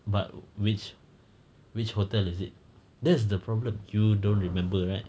but which which hotel is it that's the problem you don't remember right